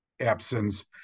absence